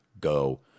Go